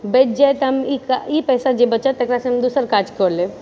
बचि जाए तऽ हम ई पैसा जे बचत तकरासँ हम दोसर काज कऽ लेब